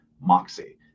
moxie